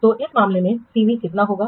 तो इस मामले में CV कितना होगा